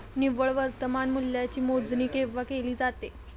निव्वळ वर्तमान मूल्याची मोजणी केव्हा केली जाते?